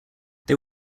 they